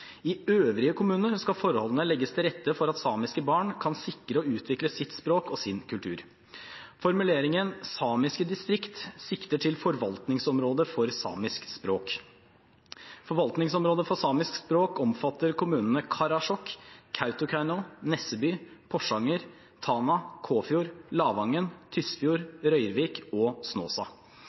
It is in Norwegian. I øvrige kommuner skal forholdene legges til rette for at samiske barn kan sikre og utvikle sitt språk og sin kultur. Formuleringen samiske distrikt sikter til forvaltningsområdet for samisk språk. Forvaltningsområdet for samisk språk omfatter kommunene Karasjok, Kautokeino, Nesseby, Porsanger, Tana, Kåfjord, Lavangen, Tysfjord, Røyrvik og Snåsa.